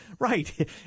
Right